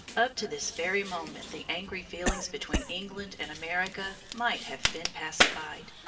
up to this very moment the angry feelings between england and america might have been pacified.